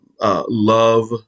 love